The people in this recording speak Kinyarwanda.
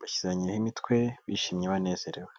Bashyiranyeho imitwe bishimye banezerewe.